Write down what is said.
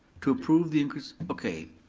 to approve the increase, okay.